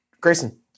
Grayson